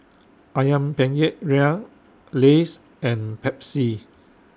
Ayam Penyet Ria Lays and Pepsi